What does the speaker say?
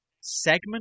segment